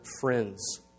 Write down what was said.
friends